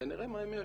ונראה מה הם יאשרו.